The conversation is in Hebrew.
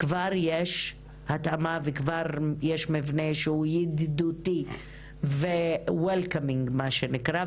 כבר יש התאמה וכבר יש מבנה שהוא ידידותי ומסביר פנים כפי שזה נקרא,